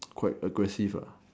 quite aggressive ah